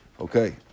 Okay